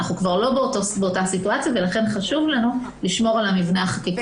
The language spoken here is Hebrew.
אנחנו כבר לא באותה סיטואציה ולכן חשוב לנו לשמור על המבנה החקיקתי הזה.